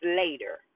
later